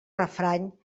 refrany